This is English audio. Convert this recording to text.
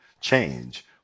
change